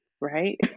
right